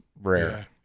rare